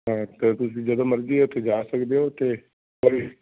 ਤਾਂ ਅਤੇ ਤੁਸੀਂ ਜਦੋਂ ਮਰਜ਼ੀ ਉੱਥੇ ਜਾ ਸਕਦੇ ਹੋ ਅਤੇ